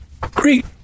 Great